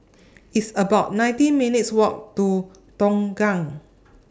It's about nineteen minutes' Walk to Tongkang